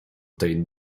tej